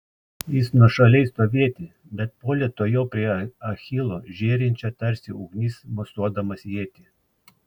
jis nuošaliai stovėti bet puolė tuojau prie achilo žėrinčią tarsi ugnis mosuodamas ietį